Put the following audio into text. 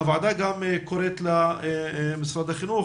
הוועדה קוראת למשרד החינוך,